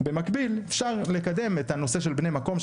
במקביל אפשר לקדם את הנושא של בני מקום,